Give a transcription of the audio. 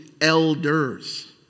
elders